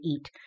eat